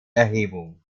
erhebung